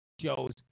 shows